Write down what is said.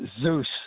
Zeus